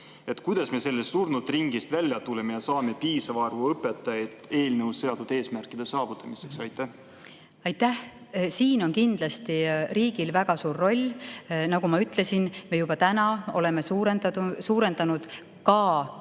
Kuidas me sellest surnud ringist välja tuleme ja saame piisava arvu õpetajaid eelnõus seatud eesmärkide saavutamiseks? Aitäh! Siin on kindlasti riigil väga suur roll. Nagu ma ütlesin, me oleme juba suurendanud ka